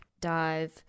dive